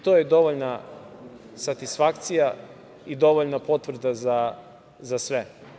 To je dovoljna satisfakcija i dovoljna potvrda za sve.